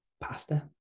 pasta